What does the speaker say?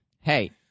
Hey